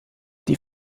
die